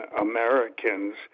Americans